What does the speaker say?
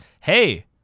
Hey